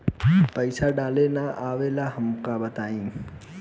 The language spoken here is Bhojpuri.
पईसा डाले ना आवेला हमका बताई?